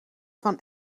van